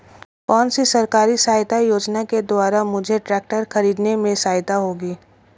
कौनसी सरकारी सहायता योजना के द्वारा मुझे ट्रैक्टर खरीदने में सहायक होगी?